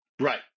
Right